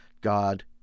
God